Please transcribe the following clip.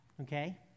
okay